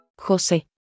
José